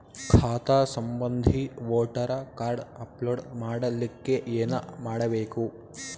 ಖಾತಾ ಸಂಬಂಧಿ voter card upload ಮಾಡಲಿಕ್ಕೆ ಏನ ಮಾಡಬೇಕು?